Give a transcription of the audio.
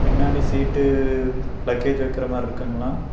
பின்னாடி seat luggage வைக்கிற மாரிருக்குங்களா